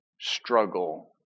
struggle